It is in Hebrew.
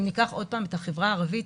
אם ניקח עוד פעם את החברה הערבית,